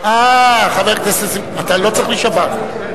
חבר הכנסת שמחון, אתה לא צריך להישבע.